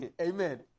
Amen